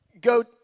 go